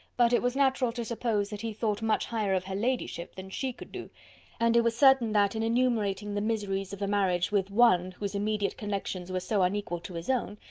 but it was natural to suppose that he thought much higher of her ladyship than she could do and it was certain that, in enumerating the miseries of a marriage with one, whose immediate connections were so unequal to his own,